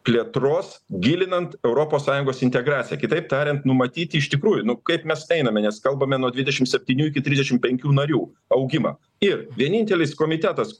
plėtros gilinant europos sąjungos integraciją kitaip tariant numatyti iš tikrųjų nu kaip mes einame nes kalbame nuo dvidešim septynių iki trisdešim penkių narių augimą ir vienintelis komitetas